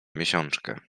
miesiączkę